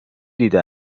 دیده